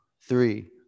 three